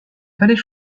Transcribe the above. fallait